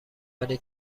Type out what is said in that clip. ولی